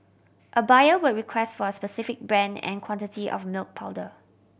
a buyer would request for a specific brand and quantity of milk powder